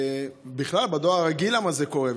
בכלל, בדואר הרגיל, למה זה קורה?